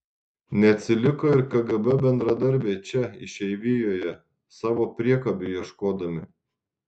neatsiliko ir kgb bendradarbiai čia išeivijoje savo priekabių ieškodami